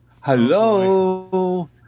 hello